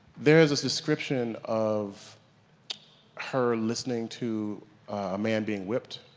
there is a description of her listening to a man being whipped,